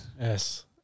Yes